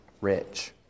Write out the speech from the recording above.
rich